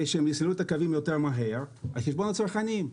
שהן יסללו את הקווים יותר מהר על חשבון הצרכנים.